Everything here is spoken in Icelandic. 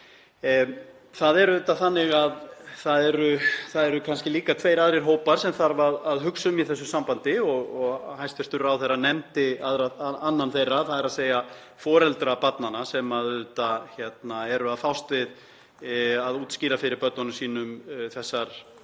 Það er auðvitað þannig að það eru líka tveir aðrir hópar sem þarf að hugsa um í þessu sambandi og hæstv. ráðherra nefndi annan þeirra, þ.e. foreldra barnanna sem eru að fást við að útskýra fyrir börnunum sínum þessar